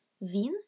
Vin